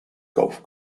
golf